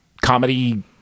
comedy